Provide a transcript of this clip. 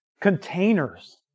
containers